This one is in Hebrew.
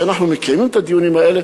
כשאנחנו מקיימים את הדיונים האלה,